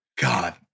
God